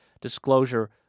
disclosure